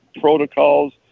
protocols